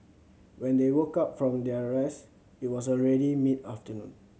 when they woke up from their rest it was already mid afternoon